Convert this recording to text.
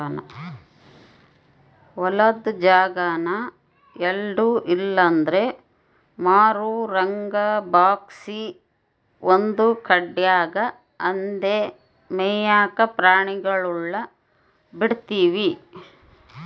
ಹೊಲುದ್ ಜಾಗಾನ ಎಲ್ಡು ಇಲ್ಲಂದ್ರ ಮೂರುರಂಗ ಭಾಗ್ಸಿ ಒಂದು ಕಡ್ಯಾಗ್ ಅಂದೇ ಮೇಯಾಕ ಪ್ರಾಣಿಗುಳ್ಗೆ ಬುಡ್ತೀವಿ